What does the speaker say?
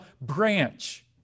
branch